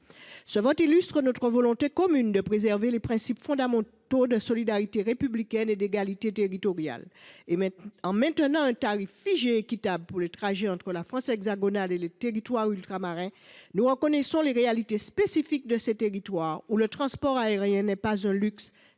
Ce vote illustre notre volonté commune de préserver les principes fondamentaux de solidarité républicaine et d’égalité territoriale. En maintenant un tarif figé équitable pour les trajets entre la France hexagonale et les territoires ultramarins, nous reconnaissons les réalités spécifiques de ces territoires, où le transport aérien est non pas un luxe,